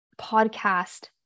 podcast